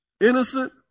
innocent